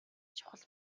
чухал